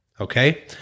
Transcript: okay